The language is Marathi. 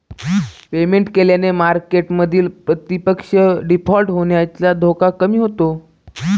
पेमेंट केल्याने मार्केटमधील प्रतिपक्ष डिफॉल्ट होण्याचा धोका कमी होतो